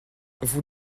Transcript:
vous